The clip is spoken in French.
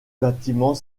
bâtiment